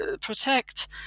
protect